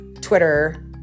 Twitter